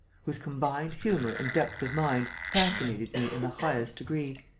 whose combined humour and depth of mind fascinated me in the highest degree.